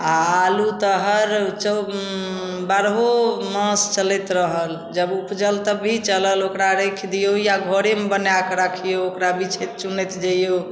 आओर आलू तऽ हर चौ बारहो मास चलैत रहल जब उपजल तब भी चलल ओकरा रखि दिऔ या घरेमे बनाकऽ राखिऔ ओकरा बिछैत चुनैत जइऔ